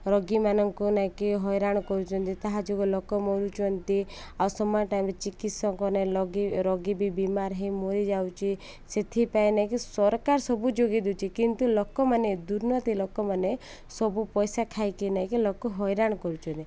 ରୋଗୀମାନଙ୍କୁ ନେଇକି ହଇରାଣ କରୁଛନ୍ତି ତାହା ଯୋଗୁଁ ଲୋକ ମରୁଛନ୍ତି ଆଉ ସମାନ ଟାଇମ୍ରେ ଚିକିତ୍ସକମାନେ ଲାଗି ରୋଗୀ ବି ବ ବେମାର ହୋଇ ମରିଯାଉଛି ସେଥିପାଇଁ ନେଇକି ସରକାର ସବୁ ଯୋଗାଇ ଦେଉଛି କିନ୍ତୁ ଲୋକମାନେ ଦୁର୍ନୀତି ଲୋକମାନେ ସବୁ ପଇସା ଖାଇକି ନେଇକି ଲୋକ ହଇରାଣ କରୁଛନ୍ତି